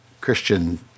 Christian